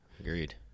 Agreed